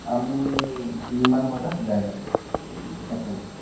আমি তিনিমান বজাত ওলাই যাম একেলগে